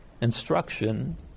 instruction